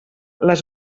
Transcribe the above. les